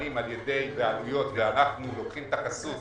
שמופעלים על ידי בעלויות ואנחנו לוקחים את החסות